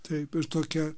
taip ir tokia